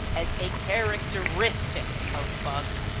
as a characteristic of bugs,